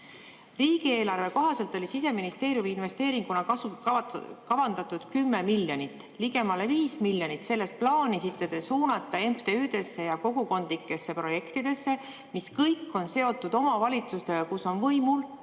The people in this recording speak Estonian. Riigieelarve kohaselt oli Siseministeeriumi investeeringuna kavandatud 10 miljonit. Ligemale 5 miljonit sellest plaanisite te suunata MTÜ-desse ja kogukondlikesse projektidesse, mis kõik on seotud omavalitsustega, kus on võimul